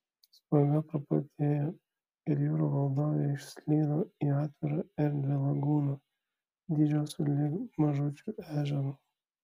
spraga praplatėjo ir jūrų valdovė išslydo į atvirą erdvią lagūną dydžio sulig mažučiu ežeru